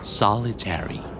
solitary